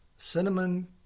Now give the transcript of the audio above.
Cinnamon